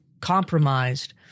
compromised